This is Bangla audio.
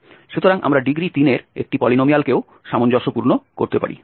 সুতরাং আমরা ডিগ্রী 3 এর একটি পলিনোমিয়ালকেও সামঞ্জস্যপূর্ণ করতে পারি